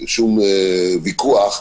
שום ויכוח: